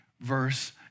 verse